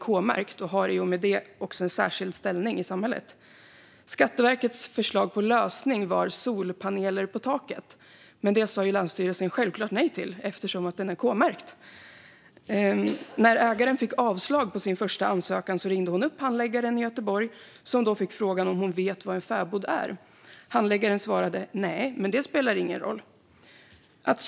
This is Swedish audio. Kulturmiljöerna ger oss kunskap och perspektiv på historien och på samhället. Regeringen strävar efter att kulturmiljöerna ska bevaras men också användas och utvecklas. Riksantikvarieämbetet är den nationella myndighet som ansvarar för frågor om kulturarvet.